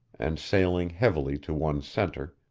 and sailing heavily to one centre,